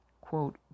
quote